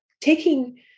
taking